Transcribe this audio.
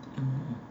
um